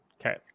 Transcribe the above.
Okay